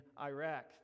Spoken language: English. Iraq